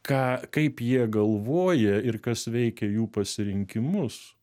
ką kaip jie galvoja ir kas veikia jų pasirinkimus